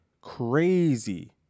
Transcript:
Crazy